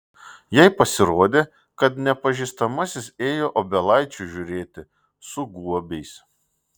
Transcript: jai pasirodė kad nepažįstamasis ėjo obelaičių žiūrėti su guobiais